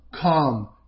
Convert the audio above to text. come